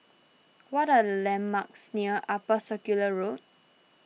what are the landmarks near Upper Circular Road